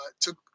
took